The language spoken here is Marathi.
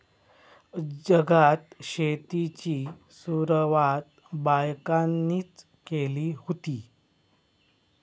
जगात शेतीची सुरवात बायकांनीच केली हुती